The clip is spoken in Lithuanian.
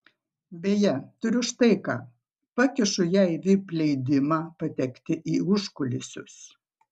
beje turiu štai ką pakišu jai vip leidimą patekti į užkulisius